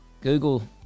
Google